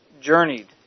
journeyed